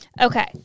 Okay